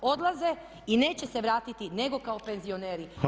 Odlaze i neće se vratiti nego kao penzioneri.